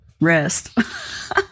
rest